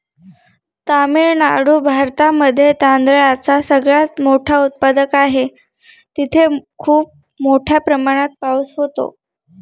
तामिळनाडू भारतामध्ये तांदळाचा सगळ्यात मोठा उत्पादक आहे, तिथे खूप मोठ्या प्रमाणात पाऊस होतो